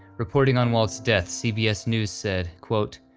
reporting on walt's death, cbs news said, quote,